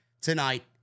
tonight